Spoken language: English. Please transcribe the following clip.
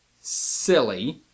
silly